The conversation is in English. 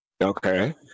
Okay